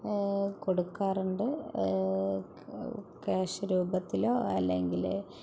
കൊടുക്കാറുണ്ട് ക്യാഷ് രൂപത്തിലോ അല്ലെങ്കില്